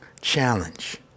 Challenge